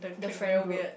the friend group